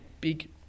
big